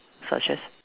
such as